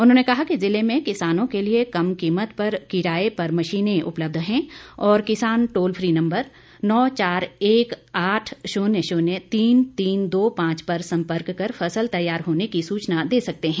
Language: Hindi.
उन्होंने कहा कि जिले में किसानों के लिए कम कीमत पर किराए पर मशीनें उपलब्ध है और किसान टोल फ्री नम्बर नौ चार एक आठ शुन्य शुन्य तीन तीन दो पांच पर संपर्क कर फसल तैयार होने की सूचना दे सकते है